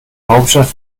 hauptstadt